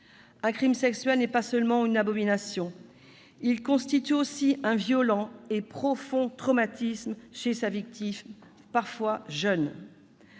Un crime sexuel n'est pas seulement une abomination. Il constitue aussi un violent et profond traumatisme chez sa victime, parfois jeune.